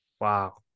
wow